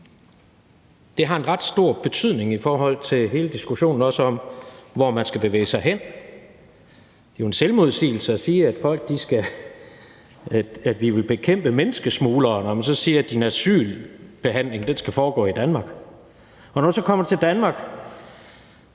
Det har en ret stor betydning i forhold til hele diskussionen, også i forhold til hvor man skal bevæge sig hen. Det er jo en selvmodsigelse at sige, at vi vil bekæmpe menneskesmuglere, når man så siger: Din asylbehandling skal foregåi Danmark, og når du så kommer til Danmark,